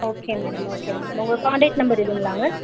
okay madam okay madam உங்கள் contact number இதுங்களாங்க